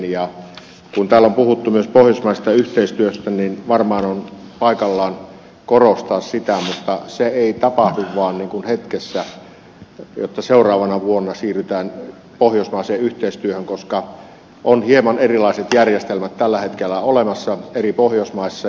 kun täällä on puhuttu myös pohjoismaisesta yhteistyöstä niin varmaan on paikallaan korostaa sitä mutta se ei tapahdu vaan niin kuin hetkessä jotta seuraavana vuonna siirrytään pohjoismaiseen yhteistyöhön koska on hieman erilaiset järjestelmät tällä hetkellä olemassa eri pohjoismaissa